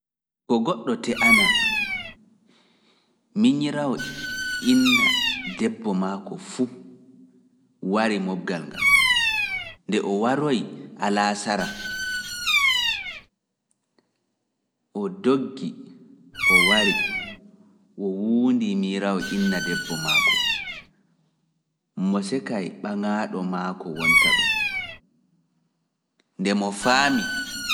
Mi heɓii mi yarii hoore kulol wolwuki yeeso himɓeeji, ɓaawo mi yeetanake himɓe ɗuuɗɓe nder suura janngirde. Demboo mi faamii lilal am ɓurii kulol ko siya kulol am, ko mi timmini bo himɓeeji ɗuuɗɗi kellanii yam no wooɗi.